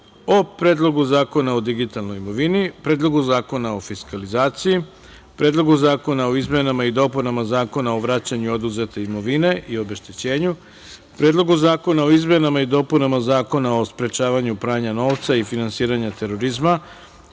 o Predlogu zakona o digitalnoj imovini, Predlogu zakona o fiskalizaciji, Predlogu zakona o izmenama i dopunama Zakona o vraćanju oduzete imovine i obeštećenju, Predlogu zakona o izmenama i dopunama Zakona o sprečavanju pranja novca i finansiranja terorizma,